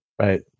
right